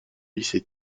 lycée